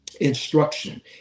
instruction